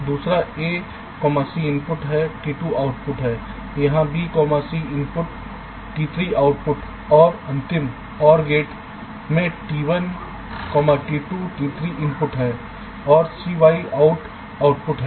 दूसरा a c input हैं t2 output है यहां b c input t 3 output और अंतिम OR गेट मैं टी 1 टी 2 टी 3 इनपुट हैं और cy out आउटपुट है